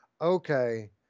okay